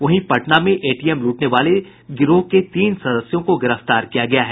वहीं पटना में एटीएम लूटने वाले तीन सदस्यों को गिरफ्तार किया गया है